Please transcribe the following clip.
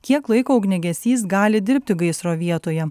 kiek laiko ugniagesys gali dirbti gaisro vietoje